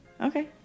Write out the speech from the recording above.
Okay